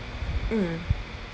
mm